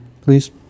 please